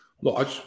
Look